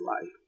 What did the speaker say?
life